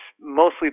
mostly